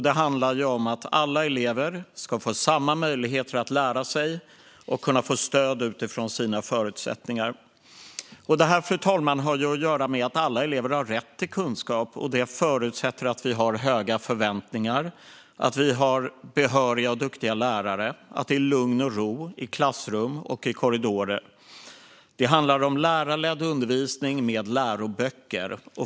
Det handlar om att alla elever ska få samma möjligheter att lära sig och få stöd utifrån sina förutsättningar, och det har att göra med att alla elever har rätt till kunskap. Detta förutsätter att det råder höga förväntningar, att det finns behöriga och duktiga lärare samt att det är lugn och ro i klassrum och korridorer. Det handlar om lärarledd undervisning med läroböcker.